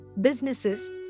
businesses